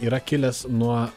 yra kilęs nuo